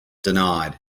denied